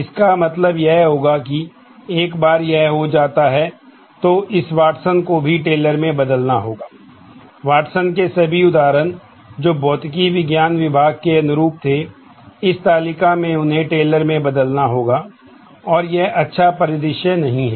इसका मतलब यह होगा कि एक बार यह हो जाता है तो इस वाटसन को भी टेलर में बदलना होगा वॉटसन के सभी उदाहरण जो भौतिकी विज्ञान विभाग के अनुरूप थे इस तालिका में उन्हें टेलर में बदलना होगा और यह अच्छा परिदृश्य नहीं है